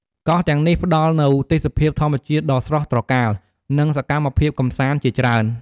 កោះទាំងនេះផ្តល់នូវទេសភាពធម្មជាតិដ៏ស្រស់ត្រកាល និងសកម្មភាពកម្សាន្តជាច្រើន។